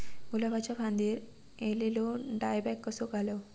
गुलाबाच्या फांदिर एलेलो डायबॅक कसो घालवं?